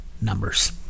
numbers